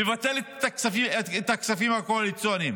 מבטלת את הכספים הקואליציוניים,